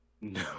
No